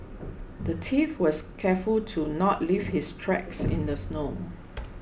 the thief was careful to not leave his tracks in the snow